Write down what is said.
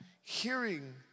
hearing